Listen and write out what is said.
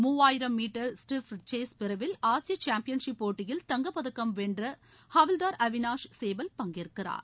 மூவாயிரம் metre steeple chase பிரிவில் ஆசிய சாம்பியன்ஷிப் போட்டியில் தங்கப்பதக்கம் வென்ற ஹவில்தார் அவினாஷ் சேபல் பங்கேற்கிறார்